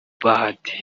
bahati